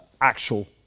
actual